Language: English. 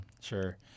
sure